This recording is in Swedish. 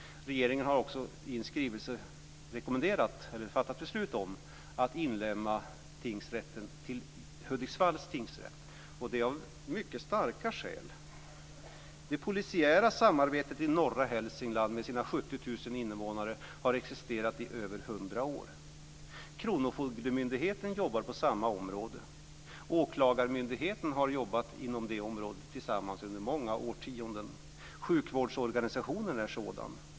Regeringen har också i en skrivelse fattat beslut om att inlemma tingsrätten i Hudiksvalls tingsrätt, och det av mycket starka skäl. Det polisiära samarbetet i norra Hälsingland med dess 70 000 invånare har existerat i över hundra år. Kronofogden jobbar i samma område. Åklagarmyndigheten har också jobbat tillsammans inom det området i många årtionden. Också sjukvårdsorganisationen är sådan.